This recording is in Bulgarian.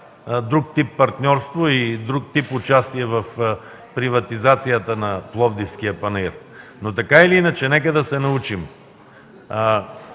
друг тип партньорство и друг тип участие в приватизацията на Пловдивския панаир. Но така или иначе нека да се научим